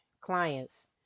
clients